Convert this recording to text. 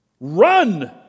Run